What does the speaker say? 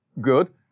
Good